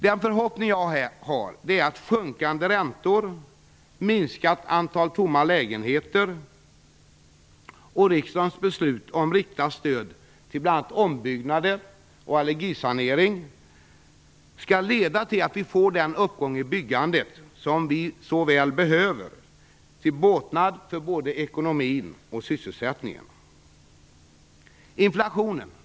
Den förhoppning jag har är att sjunkande räntor, minskat antal tomma lägenheter och riksdagens beslut om riktat stöd till bl.a. ombyggnad och allergisanering skall leda till att vi får den uppgång i byggandet som vi så väl behöver, till båtnad för både ekonomin och sysselsättningen.